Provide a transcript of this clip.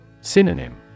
Synonym